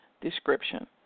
description